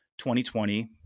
2020